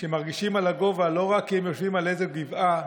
מרגישים על הגובה לא רק כי הם יושבים על איזו גבעה,